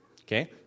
okay